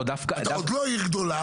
אתה עוד לא עיר גדולה,